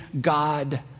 God